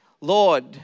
Lord